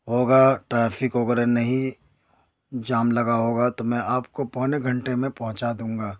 ہوگا ٹریفک وغیرہ نہیں جام لگا ہوگا تو میں آپ کو پونے گھنٹے میں پہنچا دوں گا